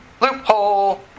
Loophole